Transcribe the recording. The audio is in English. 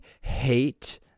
hate